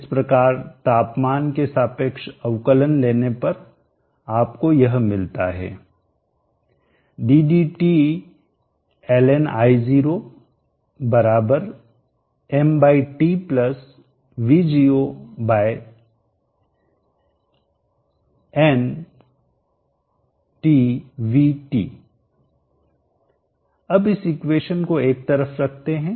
इस प्रकार तापमान के सापेक्ष अवकलन करने पर आपको यह मिलता है अब इस इक्वेशन को एक तरफ रखते हैं